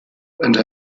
and